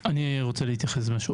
אני רוצה להתייחס למשהו.